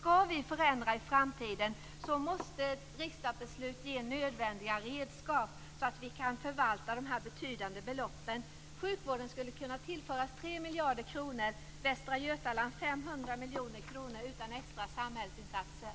Skall vi förändra i framtiden så måste riksdagsbeslutet ge nödvändiga redskap så att vi kan förvalta de här betydande beloppen. Sjukvården skulle kunna tillföras 3 miljarder kronor och Västra Götaland 500 miljoner kronor utan extra samhällsinsatser.